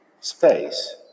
space